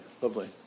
lovely